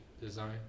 design